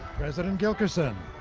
president gilkerson,